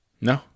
No